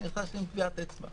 אני נכנס עם טביעת אצבע.